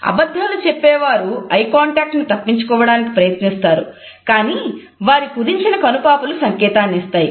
అబద్ధాలు చెప్పే వారు ఐ కాంటాక్ట్ ను తప్పించుకోవడానికి ప్రయత్నిస్తారు కానీ వారి కుదించిన కనుపాపలు సంకేతాన్ని ఇస్తాయి